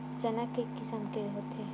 चना के किसम के होथे?